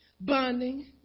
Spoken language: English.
bonding